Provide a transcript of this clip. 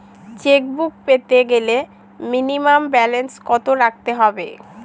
Chequebook পেতে গেলে minimum balance কত রাখতে হবে?